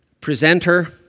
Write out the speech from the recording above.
presenter